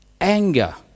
anger